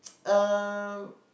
um